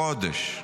בחודש.